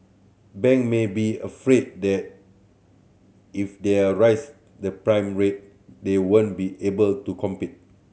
bank may be afraid that if they are raise the prime rate they won't be able to compete